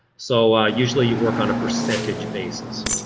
so usually you work on a percentage basis.